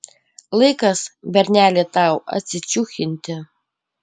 laikas berneli tau atsičiūchinti